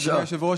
אדוני היושב-ראש,